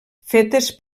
fetes